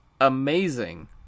amazing